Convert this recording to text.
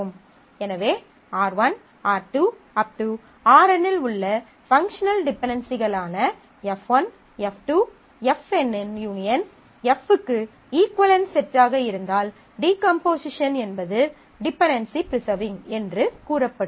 எனவே R1 R2 Rn -இல் உள்ள பங்க்ஷனல் டிபென்டென்சிகளான F1 F2 Fn இன் யூனியன் F க்கு இஃக்குவளென்ட் செட்டாக இருந்தால் டீகம்போசிஷன் என்பது டிபென்டென்சி ப்ரிசர்விங் என்று கூறப்படும்